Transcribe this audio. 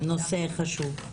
להתייחס.